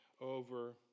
over